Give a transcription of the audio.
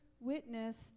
witnessed